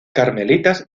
carmelitas